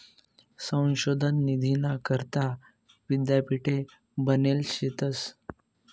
संशोधन निधीना करता यीद्यापीठे बनेल शेतंस